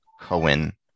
Cohen